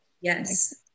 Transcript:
Yes